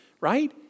right